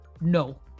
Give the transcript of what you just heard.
no